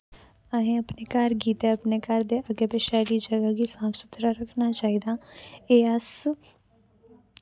असें अपने घर गी ते अपने घर दे अग्गें पिच्छें आह्ली जगह् गी साफ सुथरा रक्खना चाहिदा एह् अस